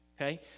Okay